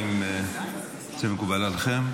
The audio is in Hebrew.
האם זה מקובל עליכם?